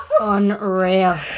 Unreal